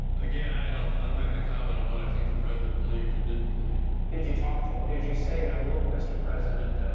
again, i don't i'm not gonna comment on what i think the president believed or didn't believe. smith did you talk to him? did you say to him, look mr. president,